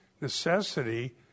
necessity